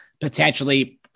potentially